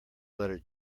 letter